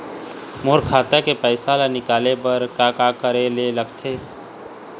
मोर खाता के पैसा ला निकाले बर का का करे ले लगथे?